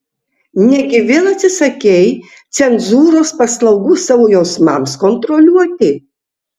negi vėl atsisakei cenzūros paslaugų savo jausmams kontroliuoti